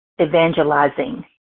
evangelizing